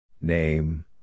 Name